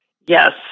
Yes